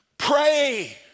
Pray